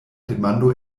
demando